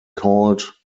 called